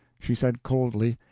she said, coldly,